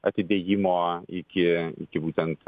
atidėjimo iki iki būtent